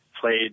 played